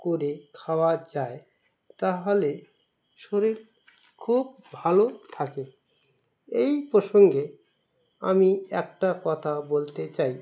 করে খাওয়া যায় তাহলে শরীর খুব ভালো থাকে এই প্রসঙ্গে আমি একটা কথা বলতে চাই